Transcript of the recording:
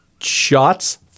Shots –